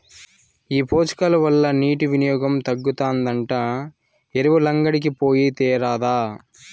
ఈ పోషకాల వల్ల నీటి వినియోగం తగ్గుతాదంట ఎరువులంగడికి పోయి తేరాదా